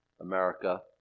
America